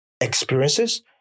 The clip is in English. experiences